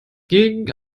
gegen